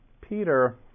Peter